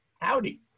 howdy